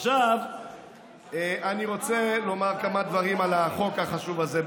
אני רוצה לומר כמה דברים על החוק החשוב הזה.